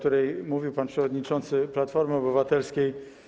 Mówił o niej pan przewodniczący Platformy Obywatelskiej.